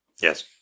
Yes